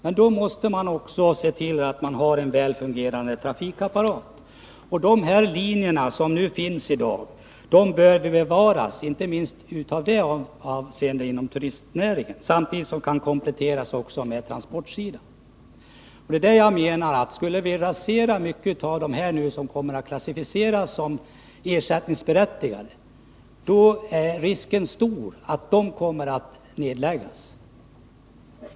Men då måste man också se till att man har en väl fungerande trafikapparat. De linjer som i dag finns bör bevaras, inte minst med tanke på turistnäringen, och kunna kompletteras på godstransportsidan. Skulle vi undanta många av de järnvägar som nu kommer att klassificeras som ersättningsberättigade är risken stor att de kommer att nedläggas.